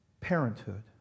parenthood